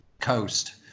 coast